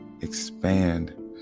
expand